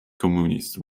communists